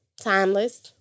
Timeless